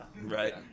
Right